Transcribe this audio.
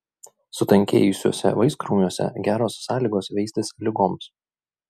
sutankėjusiuose vaiskrūmiuose geros sąlygos veistis ligoms